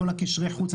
לכל קשרי החוץ,